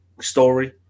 story